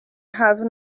have